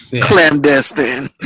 clandestine